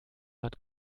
hat